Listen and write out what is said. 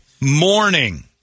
morning